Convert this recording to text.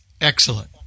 Excellent